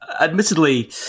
Admittedly